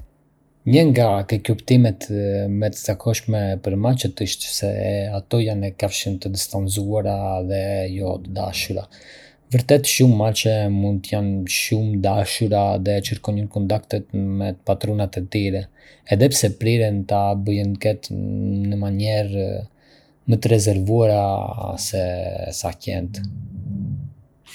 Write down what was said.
Një nga keqkuptimet më të zakonshme për macet është se ato janë kafshë të distancuara dhe jo të dashura. Vërtet, shumë mace mund të jenë shumë të dashura dhe kërkojnë kontaktin me partuna e tyre, edhe pse priren ta bëjnë këtë në një mënyrë më të rezervuar sesa qentë.